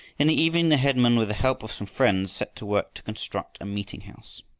in the evening the headman with the help of some friends set to work to construct a meeting-house.